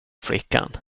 flickan